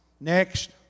Next